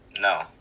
no